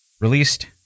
Released